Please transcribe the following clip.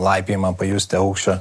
laipiojimą pajusti aukščio